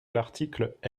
l’article